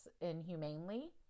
inhumanely